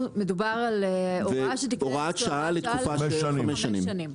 מדובר על הוראה שתיכנס כהוראת שעה לחמש שנים.